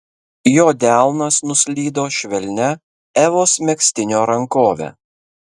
jo delnas nuslydo švelnia evos megztinio rankove